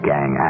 Gang